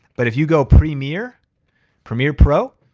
but if you go premier premier pro,